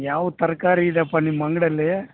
ಯಾವ ತರಕಾರಿ ಇದೆಪ್ಪ ನಿಮ್ಮ ಅಂಗ್ಡಿಲ್ಲಿ